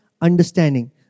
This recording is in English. understanding